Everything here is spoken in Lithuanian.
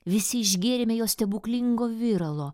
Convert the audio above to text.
visi išgėrėme jo stebuklingo viralo